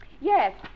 Yes